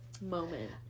moment